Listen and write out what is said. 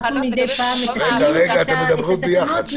אנחנו מדי פעם מתקנים את התקנות.